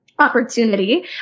opportunity